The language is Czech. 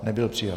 Nebyl přijat.